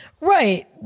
Right